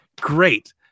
Great